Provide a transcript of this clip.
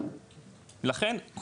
לכן,